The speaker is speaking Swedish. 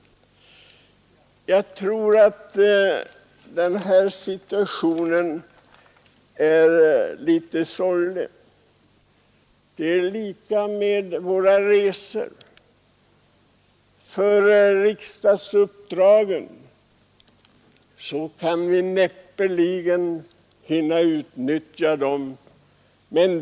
Situationen är litet sorglig, och det är likadant när det gäller våra resor. För riksdagsuppdragen kan vi näppeligen hinna utnyttja dem.